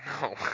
No